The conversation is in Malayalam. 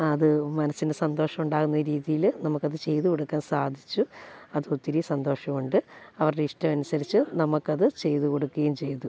അത് മനസ്സിൻ്റെ സന്തോഷം ഉണ്ടാകുന്ന രീതിയിൽ നമുക്കത് ചെയ്തു കൊടുക്കാൻ സാധിച്ചു അത് ഒത്തിരി സന്തോഷമുണ്ട് അവരുടെ ഇഷ്ടമനുസരിച്ചു നമുക്കത് ചെയ്തുകൊടുക്കുകയും ചെയ്തു